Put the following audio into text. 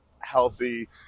healthy